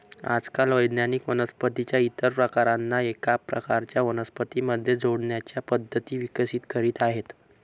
आजकाल वैज्ञानिक वनस्पतीं च्या इतर प्रकारांना एका प्रकारच्या वनस्पतीं मध्ये जोडण्याच्या पद्धती विकसित करीत आहेत